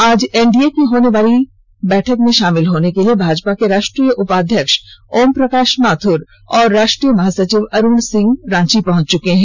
आज एनडीए की होनेवाली बैठक में शामिल होने के लिए भाजपा के राष्ट्रीय उपाध्यक्ष ओमप्रकाश माथुर और राष्ट्रीय महासचिव अरुण सिंह रांची पहुंच चुके हैं